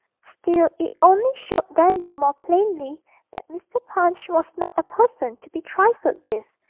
still it only showed dandy more plainly that mr. punch was not a person to be trifled with,